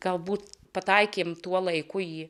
galbūt pataikėme tuo laiku į